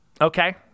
okay